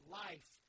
life